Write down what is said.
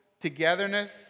togetherness